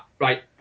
right